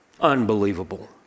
Unbelievable